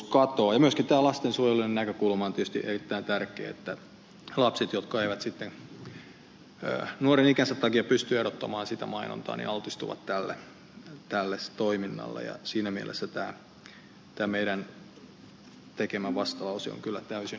myöskin tämä lastensuojelullinen näkökulma on tietysti erittäin tärkeä että lapset jotka eivät sitten nuoren ikänsä takia pysty erottamaan sitä mainontaa altistuvat tälle toiminnalle ja siinä mielessä tämä meidän tekemämme vastalause on kyllä täysin aiheellinen